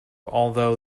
although